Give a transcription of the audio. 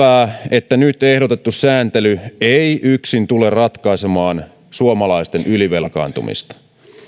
että nyt ehdotettu sääntely ei yksin tule ratkaisemaan suomalaisten ylivelkaantumista